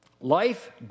Life